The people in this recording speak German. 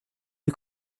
die